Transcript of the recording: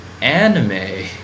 anime